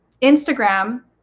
Instagram